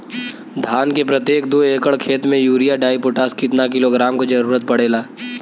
धान के प्रत्येक दो एकड़ खेत मे यूरिया डाईपोटाष कितना किलोग्राम क जरूरत पड़ेला?